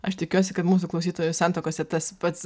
aš tikiuosi kad mūsų klausytojų santuokose tas pats